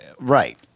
Right